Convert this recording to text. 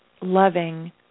loving